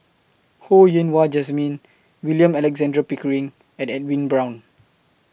Ho Yen Wah Jesmine William Alexander Pickering and Edwin Brown